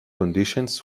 conditions